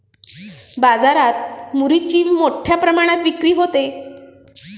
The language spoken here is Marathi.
बाजारात मुरीची मोठ्या प्रमाणात विक्री होते